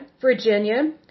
Virginia